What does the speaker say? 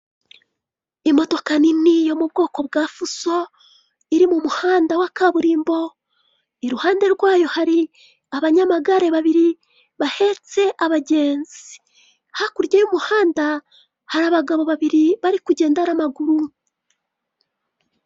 Imodoka nini yo mu bwoko bwa fuso iri mu muhanda wa kaburimbo, iruhande rwayo hari abanyamagare babiri bahetse abagenzi. Hakurya y'umuhanda hari abagabo babiri bari kugenda n'amaguru.